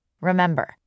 Remember